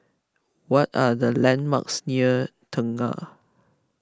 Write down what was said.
what are the landmarks near Tengah